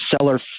seller